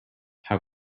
how